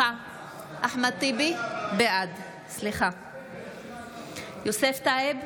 אחמד טיבי, בעד יוסף טייב,